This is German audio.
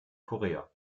korea